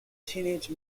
teenage